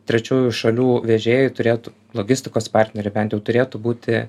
trečiųjų šalių vežėjai turėtų logistikos partneriai bent jau turėtų būti